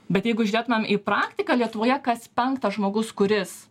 bet jeigu žiūrėtumėm į praktiką lietuvoje kas penktas žmogus kuris